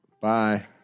Bye